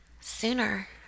sooner